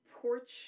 porch